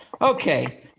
Okay